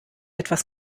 etwas